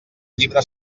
llibre